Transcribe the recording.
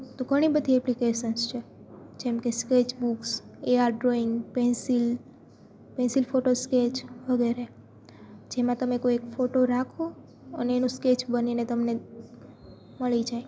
તો ઘણી બધી એપ્લિકેસન્સ છે જેમ કે sketch books AR drawing pencil pencil photo sketch વગેરે જેમાં તમે કોઈ એક ફોટો રાખો અને એનું સ્કેચ બનીને તમને મળી જાય